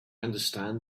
understand